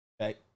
Okay